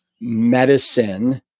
medicine